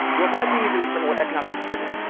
well it might be easier to term it what economics isn't.